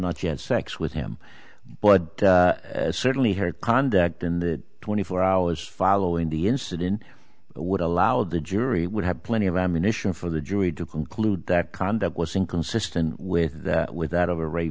not she had sex with him but certainly her conduct in the twenty four hours following the incident would allow the jury would have plenty of ammunition for the jury to conclude that conduct was inconsistent with that with that of a rape